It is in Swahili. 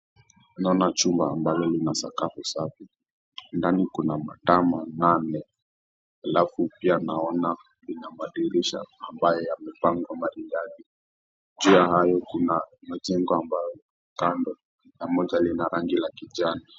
Tunaona chumba ambalo lina sakafu safi. Ndani kuna matama nane alafu pia naona vinamba dirisha ambayo yamepangwa maridadi. Juu ya hayo kuna majengo ambayo ni ya kando na moja lina rangi ya kijani.